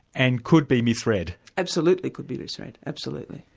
and could be misread? absolutely could be misread, absolutely.